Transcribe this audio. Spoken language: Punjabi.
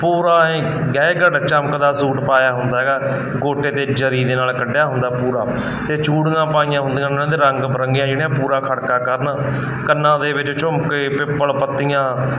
ਪੂਰਾ ਐਏ ਗੈਗੜ ਚਮਕਦਾ ਸੂਟ ਪਾਇਆ ਹੁੰਦਾ ਹੈਗਾ ਗੋਟੇ ਅਤੇ ਜਰੀ ਦੇ ਨਾਲ ਕੱਢਿਆ ਹੁੰਦਾ ਪੂਰਾ ਅਤੇ ਚੂੜੀਆਂ ਪਾਈਆਂ ਹੁੰਦੀਆਂ ਉਹਨਾਂ ਦੇ ਰੰਗ ਬਿਰੰਗੀਆਂ ਜਿਹੜੀਆਂ ਪੂਰਾ ਖੜਕਾ ਕਰਨ ਕੰਨਾਂ ਦੇ ਵਿੱਚ ਝੂੰਮਕੇ ਪਿੱਪਲ ਪੱਤੀਆਂ